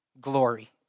glory